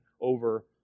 over